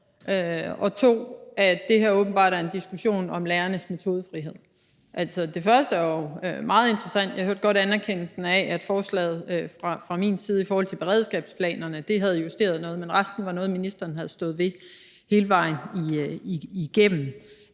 og 2) at det her åbenbart er en diskussion om lærernes metodefrihed. Det første er jo meget interessant. Jeg hørte godt anerkendelsen af, at forslaget fra min side i forhold til beredskabsplanerne havde justeret noget, men resten var noget, ministeren havde stået ved hele vejen igennem.